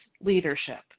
leadership